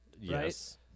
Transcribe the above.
Yes